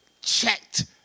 checked